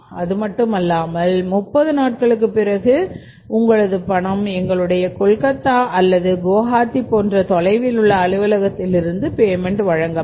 அது மட்டும் அல்லாமல் 30 நாட்களுக்குப் பிறகு உங்களது பணம் எங்களுடைய கொல்கத்தா அல்லது குவஹாத்தி போன்ற தொலைவில் உள்ள அலுவலகத்திலிருந்து பேமென்ட்வழங்கப்படும்